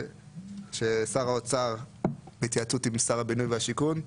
ששר האוצר בהתייעצות עם שר הבינוי והשיכון,